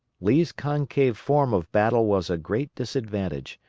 lee's concave form of battle was a great disadvantage,